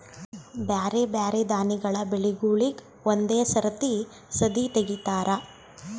ಬ್ಯಾರೆ ಬ್ಯಾರೆ ದಾನಿಗಳ ಬೆಳಿಗೂಳಿಗ್ ಒಂದೇ ಸರತಿ ಸದೀ ತೆಗಿತಾರ